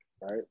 Right